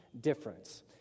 difference